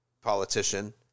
politician